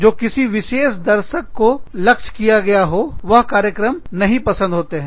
जो किसी विशेष दर्शक को लक्ष्य किया गया हो वह कार्यक्रम नहीं पसंद होते हैं